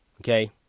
Okay